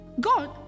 God